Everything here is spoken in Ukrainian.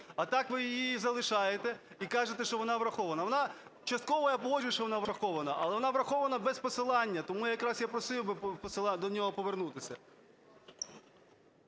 А так ви її залишаєте і кажете, що вона врахована. Вона частково, я погоджуюсь, що вона врахована, але вона врахована без посилання. Тому якраз я просив би до нього повернутися.